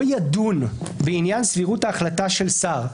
לא ידון בעניין סבירות ההחלטה של שר.